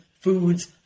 foods